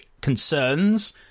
concerns